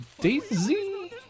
Daisy